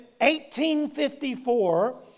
1854